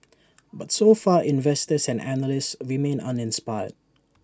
but so far investors and analysts remain uninspired